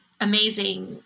amazing